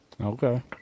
Okay